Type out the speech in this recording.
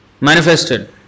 manifested